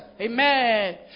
Amen